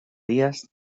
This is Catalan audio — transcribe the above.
dies